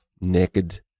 naked